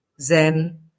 Zen